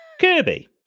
Kirby